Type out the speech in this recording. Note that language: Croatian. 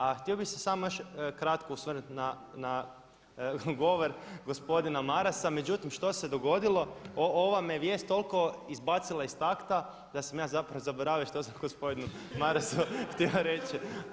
A htio bih se još samo kratko osvrnuti na govor gospodina Marasa, međutim što se dogodilo, ova me vijest toliko izbacila iz takta da sam ja zapravo zaboravio što sam gospodinu Marasu htio reći.